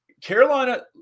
Carolina